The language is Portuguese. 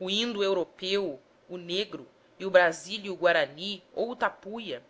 o indo europeu o negro e o brasílio guarani ou o tapuia